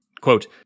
Quote